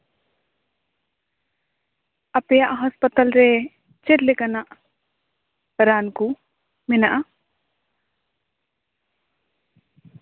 ᱟᱯᱮᱭᱟᱜ ᱦᱟᱥᱯᱟᱛᱟᱞ ᱨᱮ ᱪᱮᱫ ᱞᱮᱠᱟᱱᱟᱜ ᱨᱟᱱ ᱠᱚ ᱢᱮᱱᱟᱜᱼᱟ